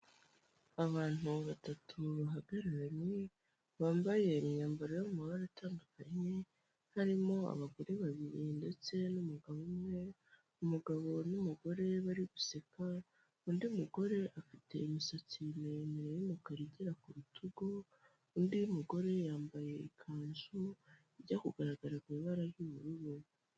Abantu batatu bahagararanye, bambaye imyambaro y'amabara atandukanye, harimo abagore babiri ndetse n'umugabo umwe, umugabo n'umugore bari guseka, undi mugore afite imisatsi miremire y'umukara, igera ku rutugu, undi mugore yambaye ikanzu ijya kugaragara mu ibara ry'ubururu.